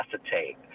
acetate